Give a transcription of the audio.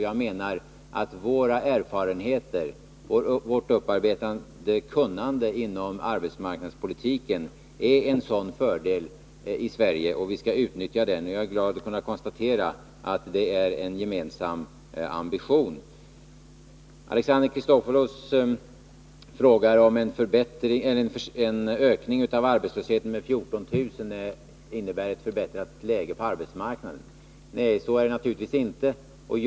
Jag menar att våra erfarenheter av och vårt upparbetade kunnande inom arbetsmarknadspolitiken är en sådan fördel i Sverige — och vi skall utnyttja den. Jag är glad över att kunna konstatera att det är en gemensam ambition. Alexander Chrisopoulos frågar om en ökning av arbetslösheten med 14 000 personer innebär ett förbättrat läge på arbetsmarknaden. Nej, så är naturligtvis inte fallet.